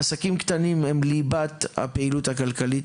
עסקים קטנים הם ליבת הפעילות הכלכלית,